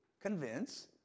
convince